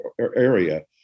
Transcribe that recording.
area